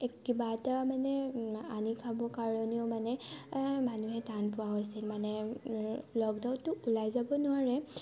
কিবা এটা মানে আনি খাব কাৰণেও মানে মানুহে টান পোৱা হৈছে মানে লকডাউনতটো ওলাই যাব নোৱাৰে